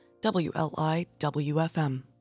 WLIWFM